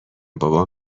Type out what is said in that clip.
بابام